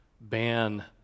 ban